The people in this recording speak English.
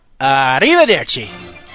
Arrivederci